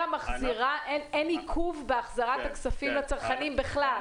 מחזירה ואין עיכוב בהחזרת הכספים לצרכנים בכלל?